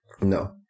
No